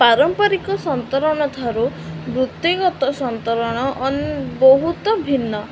ପାରମ୍ପାରିକ ସନ୍ତରଣ ଠାରୁ ବୃତ୍ତିଗତ ସନ୍ତରଣ ବହୁତ ଭିନ୍ନ